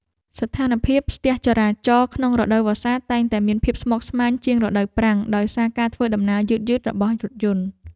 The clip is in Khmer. ស្ថានភាពស្ទះចរាចរណ៍ក្នុងរដូវវស្សាតែងតែមានភាពស្មុគស្មាញជាងរដូវប្រាំងដោយសារការធ្វើដំណើរយឺតៗរបស់រថយន្ត។